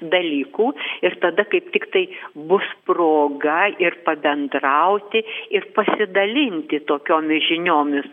dalykų ir tada kaip tik tai bus proga ir pabendrauti ir pasidalinti tokiomis žiniomis